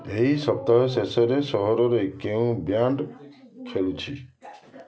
ଏହି ସପ୍ତାହ ଶେଷରେ ସହରରେ କେଉଁ ବ୍ୟାଣ୍ଡ ଖେଳୁଛି